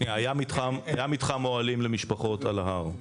היה מתחם אוהלים למשפחות על ההר.